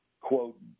quote